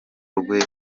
rwe